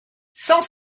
cent